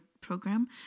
program